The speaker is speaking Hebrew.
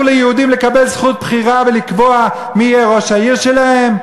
שבו אסור ליהודים לקבל זכות בחירה ולקבוע מי יהיה ראש העיר שלהם?